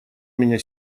меня